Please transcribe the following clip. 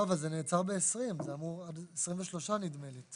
לא, אבל זה נעצר בעשרים, זה אמור, 23 נדמה לי.